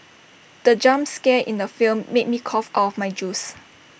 the jump scare in the film made me cough of my juice